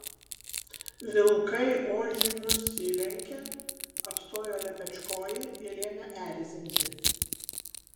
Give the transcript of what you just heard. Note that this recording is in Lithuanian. vilkai ožiui nusilenkė apstojo lepečkojį ir ėmė erzinti